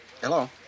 Hello